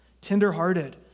tenderhearted